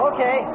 Okay